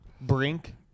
Brink